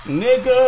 nigga